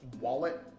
wallet